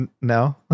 No